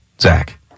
Zach